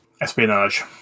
Espionage